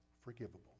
forgivable